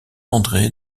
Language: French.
andré